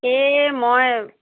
এই মই